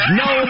no